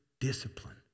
discipline